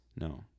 No